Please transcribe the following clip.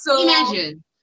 Imagine